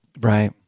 Right